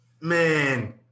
Man